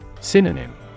Synonym